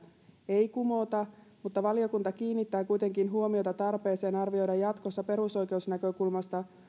ei kumota mutta valiokunta kiinnittää kuitenkin huomiota tarpeeseen arvioida jatkossa perusoikeusnäkökulmasta